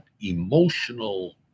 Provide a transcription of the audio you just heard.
emotional